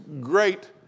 great